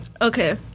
Okay